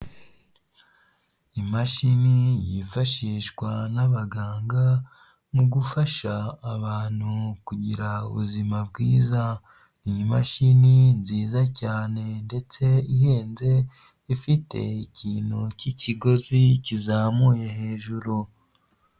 Imashini yifashishwa n'abaganga mu gufasha abantu kugira ubuzima bwiza iyimashini nziza cyane ndetse ihenze ifite ikintu cy'ikigozi kizamuye hejuru.